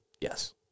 Yes